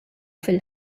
fil